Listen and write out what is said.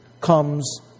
comes